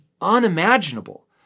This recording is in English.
unimaginable